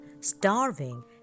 Starving